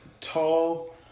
tall